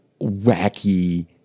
wacky